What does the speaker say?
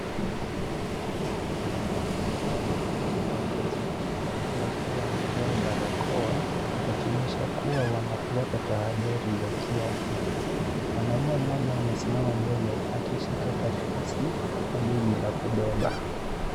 Watu wengi wakiwa wamekusanyika katika eneo la wazi, wengi wakiwa wamevaa barakoa wakionyesha kuwa wanafuata tahadhari za kiafya. Mwanamume mmoja amesimama mbele akishika karatasi na begi la kubeba.